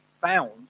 found